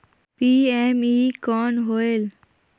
PME कौन होयल?